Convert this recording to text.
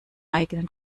eigenen